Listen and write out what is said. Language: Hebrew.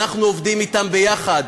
אנחנו עובדים אתם יחד.